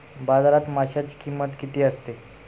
बाजारात माशांची किंमत किती असते?